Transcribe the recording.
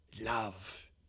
Love